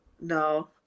no